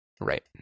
right